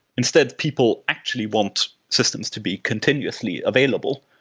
instead, people actually want systems to be continuously available.